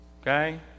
okay